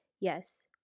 yes